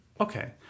Okay